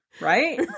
right